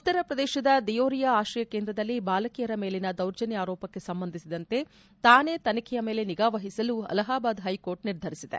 ಉತ್ತರ ಪ್ರದೇಶದ ದಿಯೋರಿಯಾ ಆಶ್ರಯ ಕೇಂದ್ರದಲ್ಲಿ ಬಾಲಕಿಯರ ಮೇಲಿನ ದೌರ್ಜನ್ಯ ಆರೋಪಕ್ಕೆ ಸಂಬಂಧಿಸಿದಂತೆ ತಾನೇ ತನಿಖೆಯ ಮೇಲೆ ನಿಗಾ ವಹಿಸಲು ಅಲಹಾಬಾದ್ ಹ್ಟೆಕೋರ್ಟ್ ನಿರ್ಧರಿಸಿದೆ